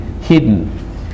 hidden